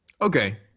Okay